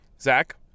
Zach